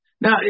Now